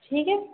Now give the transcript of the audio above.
ٹھیک ہے